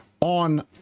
on